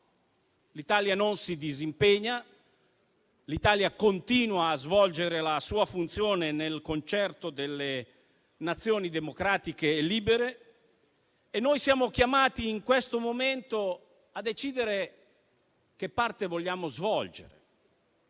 l'Italia non si disimpegna, l'Italia continua a svolgere la sua funzione nel concerto delle Nazioni democratiche e libere e noi siamo chiamati in questo momento a decidere che parte vogliamo svolgere,